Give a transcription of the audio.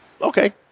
Okay